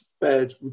bed